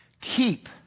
keep